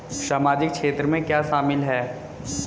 सामाजिक क्षेत्र में क्या शामिल है?